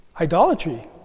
Idolatry